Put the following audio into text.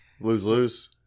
Lose-lose